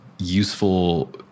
useful